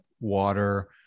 water